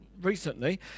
recently